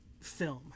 film